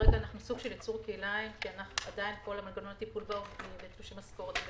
כרגע אנחנו סוג של יצור כלאיים כי עדיין כל מנגנון הטיפול נמצא באוצר.